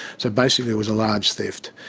so basically it was a large theft.